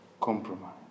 compromise